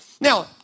Now